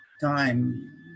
time